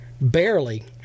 barely